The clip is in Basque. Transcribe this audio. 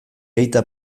aita